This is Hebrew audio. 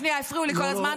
שנייה, הפריעו לי כל הזמן.